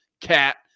cat